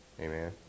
Amen